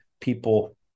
people